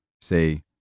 Say